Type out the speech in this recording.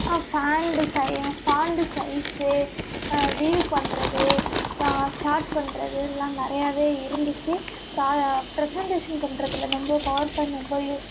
ஆ font சை font size view பண்ணுறது short பண்ணுறது இதெலாம் நிறையாவே இருந்துச்சு பாயா பிரசென்ட்டேஷன் பண்ணுறத்துல ரொம்ப பவர்பாயிண்ட் ரொம்ப யூ